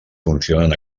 funcionen